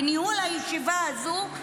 בניהול הישיבה הזו,